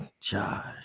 Josh